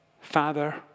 Father